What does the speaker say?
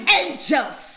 angels